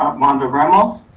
um mondo ramos.